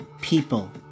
people